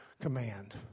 command